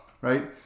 Right